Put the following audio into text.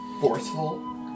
Forceful